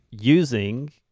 Using